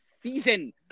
season